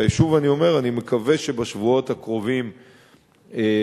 ושוב אני אומר, אני מקווה שבשבועות הקרובים הממשלה